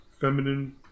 feminine